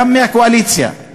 גם מהקואליציה,